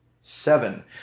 seven